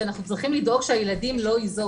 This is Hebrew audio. שאנחנו צריכים לדאוג שהילדים לא יינזקו.